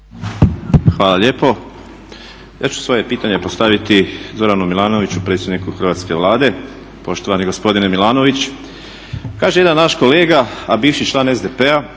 Hvala lijepo. Ja ću svoje pitanje postaviti Zoranu Milanoviću predsjedniku hrvatske Vlade. Poštovani gospodine Milanović, kaže jedan naš kolega, a bivši član SDP-a